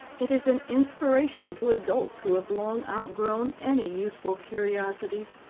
it is an inspiration to adults who have long outgrown any youthful curiosities.